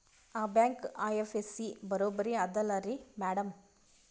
ಆ bank IFSC ಬರೊಬರಿ ಅದಲಾರಿ ಮ್ಯಾಡಂ?